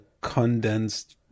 condensed